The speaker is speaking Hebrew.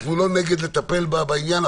אנחנו לא נגד לטפל בעניין.